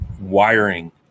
wiring